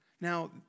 Now